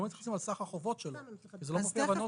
אנחנו לא מתייחסים על סך החובות שלו כי זה לא מופיע בנוסח.